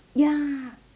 ya